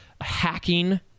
Hacking